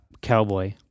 Cowboy